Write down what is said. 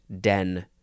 den